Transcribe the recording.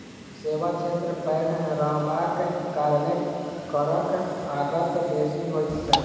सेवा क्षेत्र पैघ रहबाक कारणेँ करक आगत बेसी होइत छै